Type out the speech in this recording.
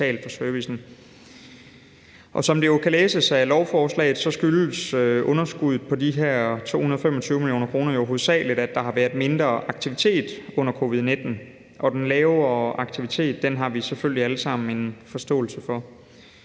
Som det kan læses i lovforslaget, skyldes underskuddet på de her 225 mio. kr. jo hovedsagelig, at der har været mindre aktivitet under covid-19, og den lavere aktivitet har vi selvfølgelig alle sammen en forståelse for.